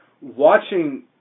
Watching